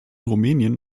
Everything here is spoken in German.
rumänien